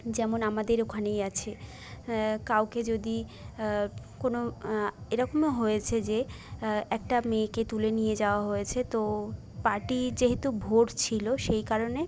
যেমন আমাদের ওখানেই আছে কাউকে যদি কোনো এরকমও হয়েছে যে একটা মেয়েকে তুলে নিয়ে যাওয়া হয়েছে তো পার্টি যেহেতু ভোট ছিলো সেই কারণে